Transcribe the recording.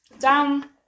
Down